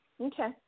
Okay